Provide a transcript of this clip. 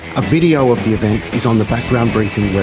a video of the event is on the background briefing